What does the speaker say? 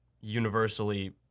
universally